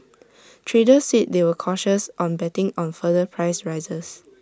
traders said they were cautious on betting on further price rises